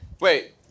Wait